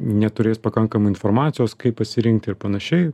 neturės pakankamai informacijos kaip pasirinkti ir panašiai